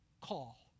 call